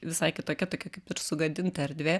visai kitokia tokia kaip ir sugadinta erdvė